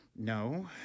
No